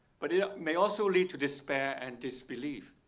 but it may also lead to despair and disbelief.